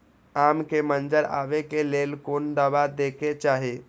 आम के मंजर आबे के लेल कोन दवा दे के चाही?